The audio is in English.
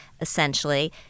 essentially